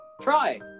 Try